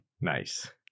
Nice